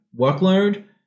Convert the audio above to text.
workload